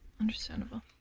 Understandable